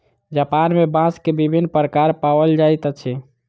Japan में बांस के विभिन्न प्रकार पाओल जाइत अछि